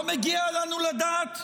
לא מגיע לנו לדעת?